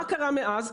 מה קרה מאז?